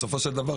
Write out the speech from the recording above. בסופו של דבר,